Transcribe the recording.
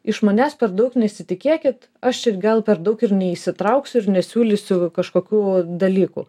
iš manęs per daug nesitikėkit aš čia gal per daug ir neįsitrauksiu ir nesiūlysiu kažkokių dalykų